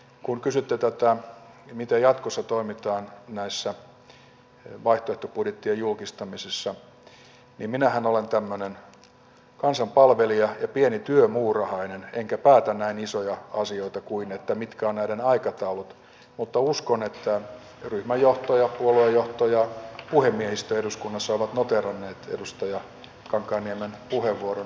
kun kysyitte tätä miten jatkossa toimitaan näissä vaihtoehtobudjettien julkistamisissa niin minähän olen tämmöinen kansanpalvelija ja pieni työmuurahainen enkä päätä näin isoja asioita kuin että mitkä ovat näiden aikataulut mutta uskon että ryhmän johto ja puoluejohto ja puhemiehistö eduskunnassa ovat noteeranneet edustaja kankaanniemen puheenvuoron